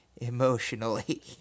emotionally